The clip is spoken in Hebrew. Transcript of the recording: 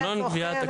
אם אתה זוכר,